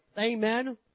amen